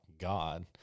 God